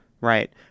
Right